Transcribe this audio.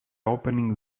opening